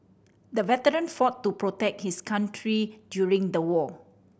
the veteran fought to protect his country during the war